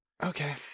Okay